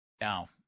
Now